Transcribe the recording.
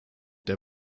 der